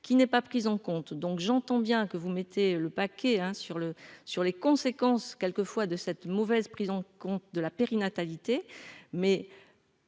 qui n'est pas prise en compte donc j'entends bien que vous mettez le paquet sur le, sur les conséquences quelquefois de cette mauvaise prise en compte de la périnatalité mais